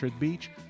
Beach